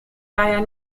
daher